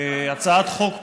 הצעת חוק פרטית,